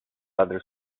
other